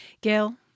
Gail